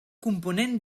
component